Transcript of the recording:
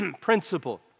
principle